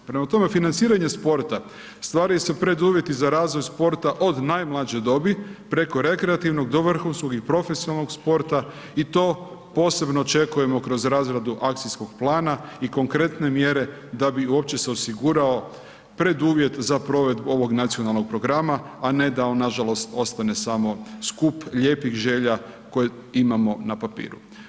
Prema tome, financiranje sporta, ostvaruju se preduvjeti za razvoj sporta od najmlađe dobi preko rekreativnog do vrhunskog i profesionalnog sporta i to posebno očekujemo kroz razradu akcijskog plana i konkretne mjere da bi uopće se osigurao preduvjet za provedbu ovog nacionalnog programa, a ne da on nažalost ostane samo skup lijepih želja koje imamo na papiru.